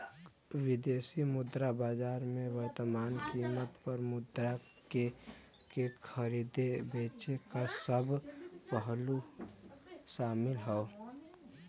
विदेशी मुद्रा बाजार में वर्तमान कीमत पर मुद्रा के खरीदे बेचे क सब पहलू शामिल हौ